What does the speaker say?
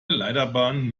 leiterbahnen